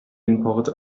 import